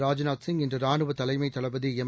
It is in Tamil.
ராஜ்நாத் சிங் இன்று ரானுவ தலைமைத் தளபதி எம்